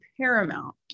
paramount